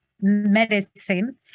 medicine